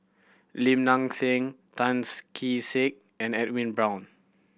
Lim Nang Seng Tan's Kee Sek and Edwin Brown